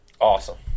Awesome